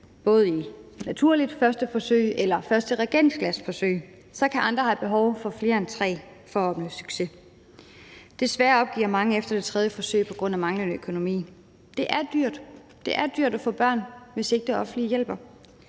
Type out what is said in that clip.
både i et naturligt første forsøg og et første reagensglasforsøg – kan andre have behov for flere end tre for at opnå succes. Desværre opgiver mange efter det tredje forsøg på grund af manglende økonomi. Det er dyrt – det er dyrt at få børn, hvis ikke det offentlige hjælper.